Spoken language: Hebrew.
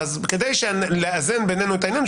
אז זה כדי לאזן בינינו את העניין.